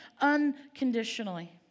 unconditionally